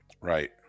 Right